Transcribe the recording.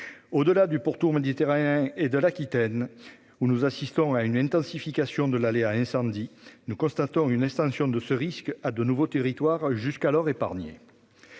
Au-delà du pourtour méditerranéen et de l'Aquitaine, où nous assistons à une intensification de l'aléa incendie, nous constatons une extension de ce risque à de nouveaux territoires jusqu'alors épargnés.